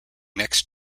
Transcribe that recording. next